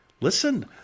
Listen